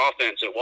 offense